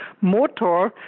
motor